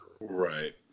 Right